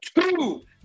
two